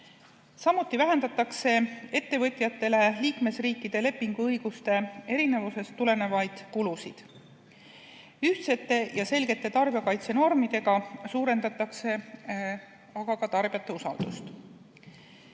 Samuti vähendatakse ettevõtjatele liikmesriikide lepinguõiguste erinevusest tulenevaid kulusid. Ühtsete ja selgete tarbijakaitsenormidega suurendatakse ka tarbijate usaldust.